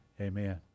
Amen